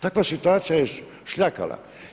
Takva situacija je šljakala.